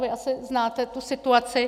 Vy asi znáte tu situaci.